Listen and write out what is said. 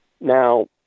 Now